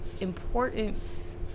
importance